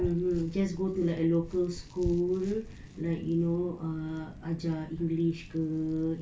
mmhmm just go to like a local school like you know ah ah ajar english ke